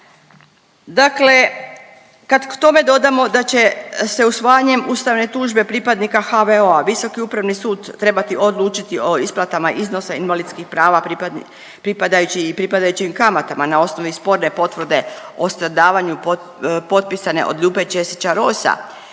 Dakle, kad k tome dodamo da će se usvajanjem ustavne tužbe pripadnika HVO-a Visoki upravni sud trebati odlučiti o isplatama iznosa invalidskih prava pripadni…, pripadajući i pripadajućim kamatama na osnovi sporne potvrde o stradavanju potpisane od Ljube Ćesića Rojsa,